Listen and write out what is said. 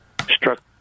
struck